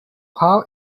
how